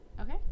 Okay